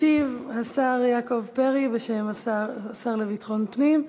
ישיב השר יעקב פרי בשם השר לביטחון פנים.